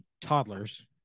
toddlers